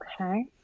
Okay